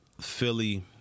Philly